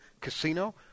Casino